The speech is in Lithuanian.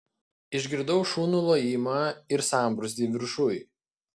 išgirdau šunų lojimą ir sambrūzdį viršuj